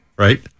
right